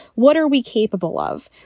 what are we capable of?